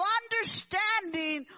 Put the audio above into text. understanding